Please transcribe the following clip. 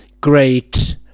great